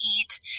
eat